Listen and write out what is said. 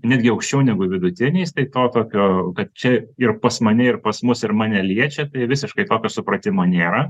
netgi aukščiau negu vidutiniais tai to tokio kad čia ir pas mane ir pas mus ir mane liečia prie visiškai tokio supratimo nėra